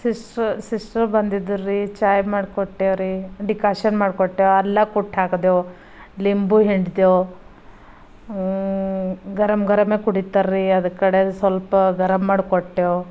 sister sister ಬಂದಿದ್ರೀ ಚಾಯ್ ಮಾಡಿಕೊಟ್ಟೆ ರೀ ಡಿಕಾಷನ್ ಮಾಡಿಕೊಟ್ಟೆ ಅಲ್ಲ ಕುಟ್ಟಿ ಹಾಕ್ದೆವು ಲಿಂಬು ಹಿಂಡ್ದೇವು ಗರಮ್ ಗರಮ್ಮೆ ಕುಡೀತಾರ್ರಿ ಅದು ಕಡೆಂದ ಸ್ವಲ್ಪ ಗರಮ್ ಮಾಡಿ ಕೊಟ್ಟೆವು